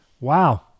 Wow